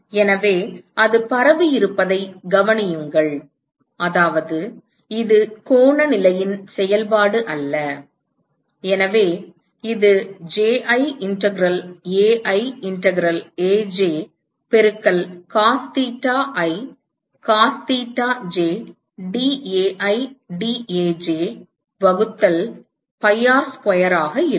எனவே அது பரவியிருப்பதைக் கவனியுங்கள் அதாவது இது கோண நிலையின் செயல்பாடு அல்ல எனவே இது Ji integral Ai integral aj பெருக்கல் cos theta i cos theta jdAi dAj வகுத்தல் pi R ஸ்கொயர் ஆக இருக்கும்